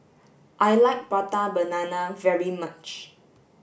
I like prata banana very much